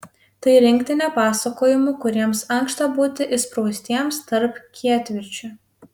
tai rinktinė pasakojimų kuriems ankšta būti įspraustiems tarp kietviršių